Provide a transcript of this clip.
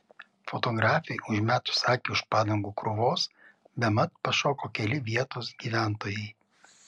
fotografei užmetus akį už padangų krūvos bemat pašoko keli vietos gyventojai